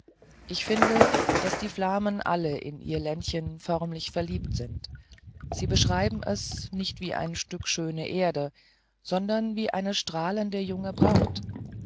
ich finde daß die flamen alle in ihr ländchen förmlich verliebt sind sie beschreiben es nicht wie ein stück schöne erde sondern wie eine strahlende junge braut